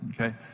okay